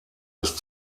ist